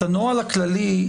את הנוהל הכללי,